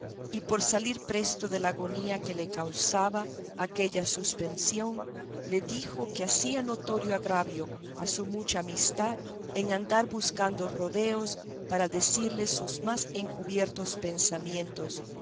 y por salir presto de la agonía que le causaba aquella suspensión le dijo que hacía notorio agravio a su mucha amistad en andar buscando rodeos para decirle sus más encubiertos pensamientos